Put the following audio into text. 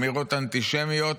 אמירות אנטישמיות,